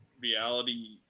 reality